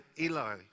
Eli